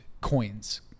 Coins